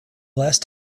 last